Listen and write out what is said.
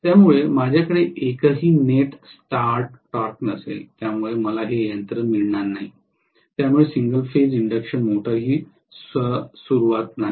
त्यामुळे माझ्याकडे एकही नेट स्टार्ट टॉर्क नसेल ज्यामुळे मला हे यंत्र मिळणार नाही त्यामुळे सिंगल फेज इंडक्शन मोटर ही स्व सुरुवात नाही